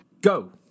Go